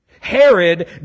Herod